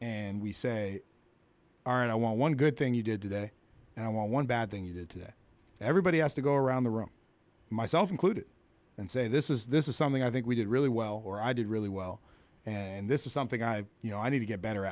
and we say aren't i one good thing you did today and i want one bad thing you did today everybody has to go around the room myself included and say this is this is something i think we did really well or i did really well and this is something i you know i need to get better